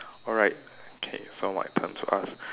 alright okay so my turn to ask